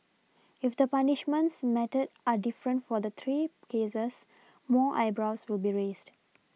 if the punishments meted are different for the three cases more eyebrows will be raised